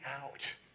out